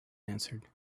answered